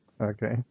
Okay